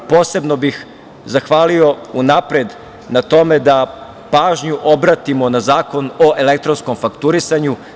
Posebno bih zahvalio unapred na tome da pažnju obratimo na Zakon o elektronskom fakturisanju.